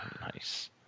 Nice